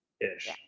ish